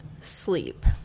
sleep